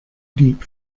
deep